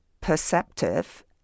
perceptive